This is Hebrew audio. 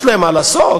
יש להם מה לעשות,